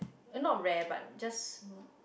it not rare but just